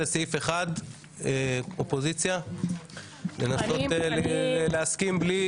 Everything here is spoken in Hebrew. סדרי דיון מיוחדים לפי סעיף 98 לתקנון הכנסת בקריאה